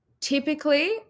Typically